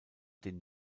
den